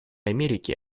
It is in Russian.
америке